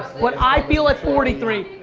what i feel at forty three,